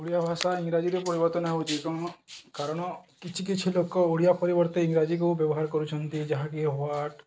ଓଡ଼ିଆ ଭାଷା ଇଂରାଜୀରେ ପରିବର୍ତ୍ତନ ହେଉଛି କଣମ କାରଣ କିଛି କିଛି ଲୋକ ଓଡ଼ିଆ ପରିବର୍ତ୍ତେ ଇଂରାଜୀକୁ ବ୍ୟବହାର କରୁଛନ୍ତି ଯାହାକି ହ୍ୱାଟ୍